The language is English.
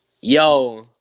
Yo